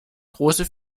große